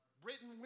Britain